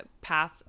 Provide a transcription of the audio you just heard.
path